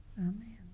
amen